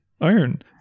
Iron